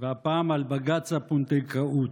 והפעם על בג"ץ והפונדקאות: